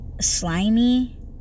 slimy